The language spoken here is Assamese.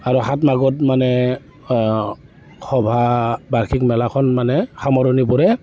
আৰু সাত মাঘত মানে সভা বাৰ্ষিক মেলাখন মানে সামৰণি পৰে